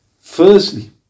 Firstly